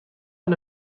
fan